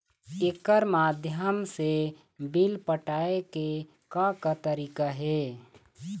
एकर माध्यम से बिल पटाए के का का तरीका हे?